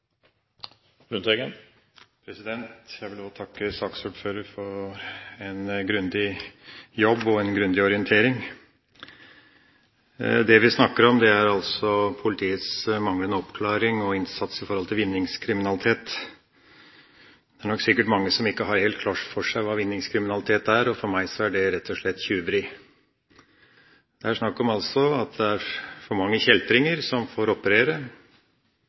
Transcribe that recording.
politiet, og eg ventar at justisministeren er klar på dette i innlegget sitt. Jeg vil også takke saksordføreren for en grundig jobb og en grundig orientering. Det vi snakker om, er politiets manglende oppklaring av og innsats mot vinningskriminalitet. Det er nok sikkert mange som ikke har helt klart for seg hva vinningskriminalitet er. For meg er det rett og slett tjuveri. Det er snakk om at det er for mange kjeltringer som får operere.